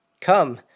Come